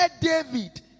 David